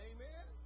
Amen